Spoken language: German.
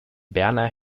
berner